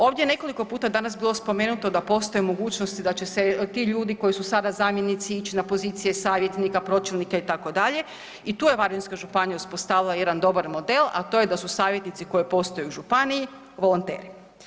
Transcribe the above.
Ovdje je nekoliko puta danas bilo spomenuto da postoje mogućnosti da će se ti ljudi koji su sada zamjenici ići na pozicije savjetnika, pročelnika itd. i tu je Varaždinska županija uspostavila jedan dobar model, a to da su savjetnici koji postoje u županiji volonteri.